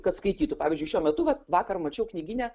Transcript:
kad skaitytų pavyzdžiui šiuo metu vat vakar mačiau knygyne